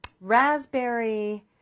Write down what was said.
raspberry